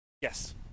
Yes